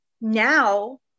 Now